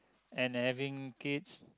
and having kids